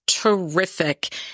terrific